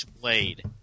blade